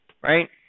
right